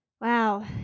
wow